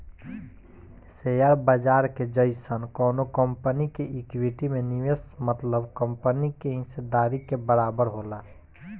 share बाजार के जइसन कवनो कंपनी के इक्विटी में निवेश मतलब कंपनी के हिस्सेदारी के बराबर होला